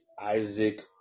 Isaac